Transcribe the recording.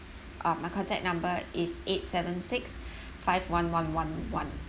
uh my contact number is eight seven six five one one one one